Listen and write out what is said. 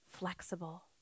Flexible